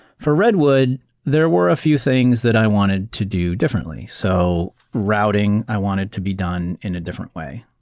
for redwood, there were a few things that i wanted to do differently. so routing, i wanted to be done in a different way.